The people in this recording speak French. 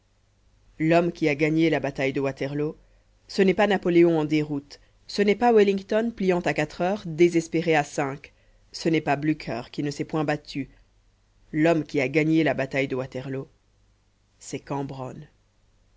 l'homme qui a gagné la bataille de waterloo ce n'est pas napoléon en déroute ce n'est pas wellington pliant à quatre heures désespéré à cinq ce n'est pas blücher qui ne s'est point battu l'homme qui a gagné la bataille de waterloo c'est cambronne